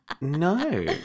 No